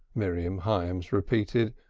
miriam hyams repeated,